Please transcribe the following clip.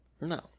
No